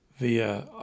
via